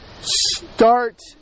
start